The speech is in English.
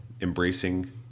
embracing